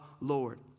Lord